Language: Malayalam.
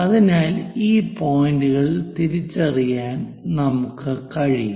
അതിനാൽ ഈ പോയിന്റുകൾ തിരിച്ചറിയാൻ നമുക്ക് കഴിയും